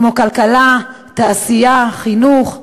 כמו כלכלה, תעשייה וחינוך,